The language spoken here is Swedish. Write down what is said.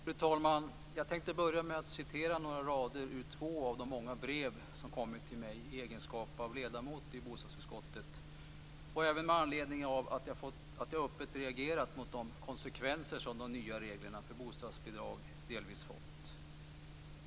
Fru talman! Jag tänkte börja med att citera några rader ur två av de många brev som kommit till mig i egenskap av ledamot i bostadsutskottet och även med anledning av att jag öppet reagerat mot de konsekvenser som de nya reglerna för bostadsbidrag delvis fått.